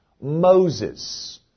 Moses